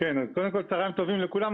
קודם כול, צוהריים טובים לכולם.